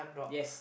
yes